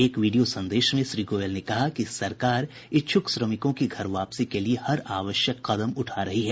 एक वीडियो संदेश में श्री गोयल ने कहा कि सरकार इच्छुक श्रमिकों की घर वापसी के लिए हर आवश्यक कदम उठा रही है